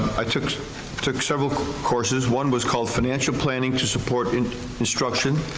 i took ah took several courses, one was called financial planning to support and instruction.